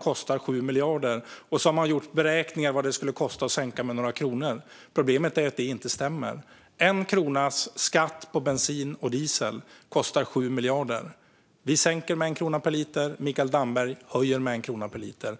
kostar 7 miljarder och som har gjort beräkningar på vad det skulle kosta att sänka med några kronor. Problemet är att det inte stämmer. 1 kronas skatt på bensin och diesel kostar 7 miljarder. Vi sänker med 1 krona per liter, Mikael Damberg höjer med 1 krona per liter.